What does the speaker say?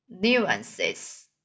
nuances